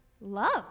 love